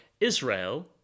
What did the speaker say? Israel